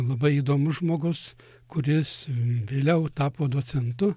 labai įdomus žmogus kuris vėliau tapo docentu